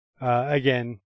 again